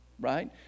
right